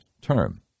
term